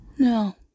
No